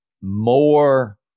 more